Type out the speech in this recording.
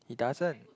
he doesn't